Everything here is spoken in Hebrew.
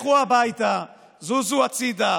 לכו הביתה, זוזו הצידה.